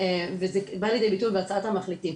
וזה בא לידי ביטוי בהצעת המחליטים.